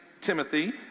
Timothy